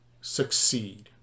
succeed